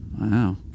Wow